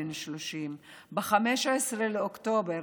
בן 30. ב-15 באוקטובר